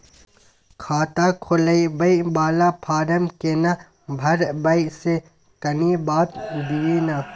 खाता खोलैबय वाला फारम केना भरबै से कनी बात दिय न?